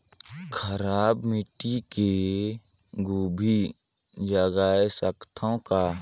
खराब माटी मे गोभी जगाय सकथव का?